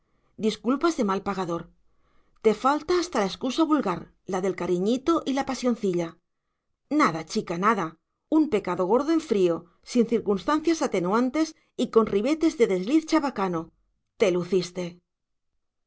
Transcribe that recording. disculpas de mal pagador te falta hasta la excusa vulgar la del cariñito y la pasioncilla nada chica nada un pecado gordo en frío sin circunstancias atenuantes y con ribetes de desliz chabacano te luciste